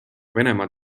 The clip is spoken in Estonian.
venemaa